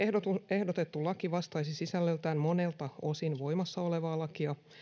ehdotettu laki vastaisi sisällöltään monelta osin voimassa olevaa lakia